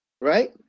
right